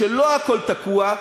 שלא הכול תקוע,